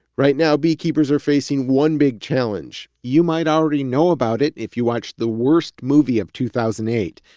right now, beekeepers are facing one big challenge. you might already know about it if you watch the worst movie of two thousand and eight,